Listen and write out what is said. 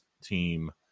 team